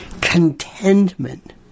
contentment